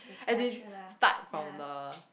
as in start from the